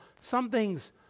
something's